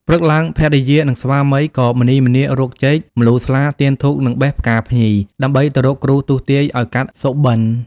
ព្រឹកឡើង ភរិយា និងស្វាមីក៏ម្នីម្នារកចេក ម្លូស្លា ទៀនធូប និងបេះផ្កាភ្ញី ដើម្បីទៅរកគ្រូទស្សន៍ទាយឱ្យកាត់សុបិន្ត។